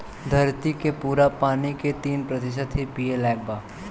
धरती के पूरा पानी के तीन प्रतिशत ही पिए लायक बा